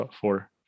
four